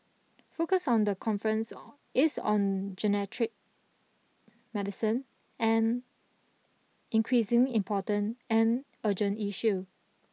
focus of the conference is on medicine an increasingly important and urgent issue